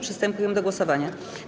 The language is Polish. Przystępujemy do głosowania.